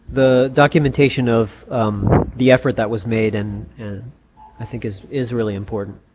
the documentation of the effort that was made and and i think is is really important.